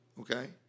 Okay